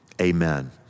Amen